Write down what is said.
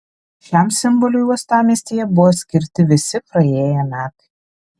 šiam simboliui uostamiestyje buvo skirti visi praėję metai